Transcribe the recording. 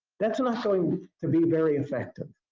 that's not going to be very effective,